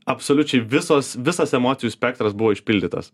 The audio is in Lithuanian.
absoliučiai visos visas emocijų spektras buvo išpildytas